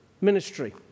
Ministry